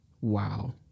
wow